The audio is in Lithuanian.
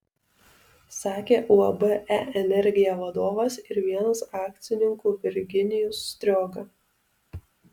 sakė uab e energija vadovas ir vienas akcininkų virginijus strioga